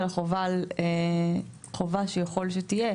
אלא חובה ככל שתהיה,